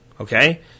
Okay